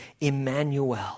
Emmanuel